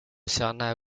serena